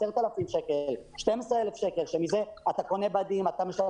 צ'קים על סך 10,000,12,000 שקלים שמזה אתה מחזיק את העסק.